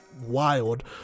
wild